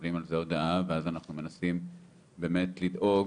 מקבלים על זה הודעה ואז אנחנו מנסים באמת לדאוג,